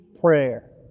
prayer